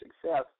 success